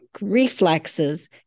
reflexes